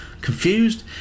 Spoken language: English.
Confused